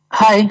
hi